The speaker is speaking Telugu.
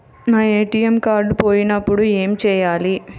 నా ఏ.టీ.ఎం కార్డ్ పోయినప్పుడు ఏమి చేయాలి?